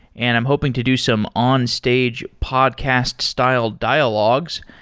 and i'm hoping to do some on-stage podcast-style dialogues.